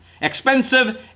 Expensive